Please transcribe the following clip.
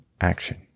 action